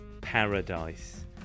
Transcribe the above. Paradise